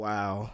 Wow